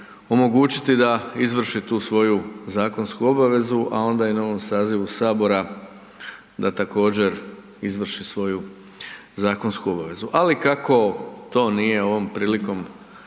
omogućiti da izvrši tu svoju zakonsku obavezu a onda i na ovom sazivu Sabora, da također izvrši svoju zakonsku obavezu. Ali kako to nije ovom prilikom